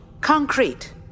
Concrete